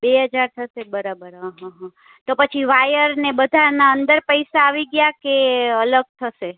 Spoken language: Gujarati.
બે હજાર થશે બરાબર હંહંહં તો પછી વાયર ને બધાના અંદર પૈસા આવી ગયા કે અલગ થશે